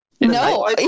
no